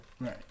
Right